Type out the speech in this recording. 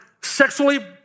sexually